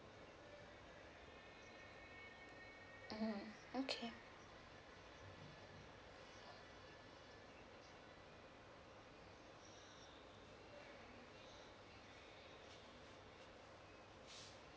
mm okay